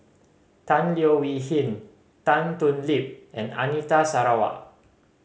Tan Leo Wee Hin Tan Thoon Lip and Anita Sarawak